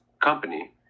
company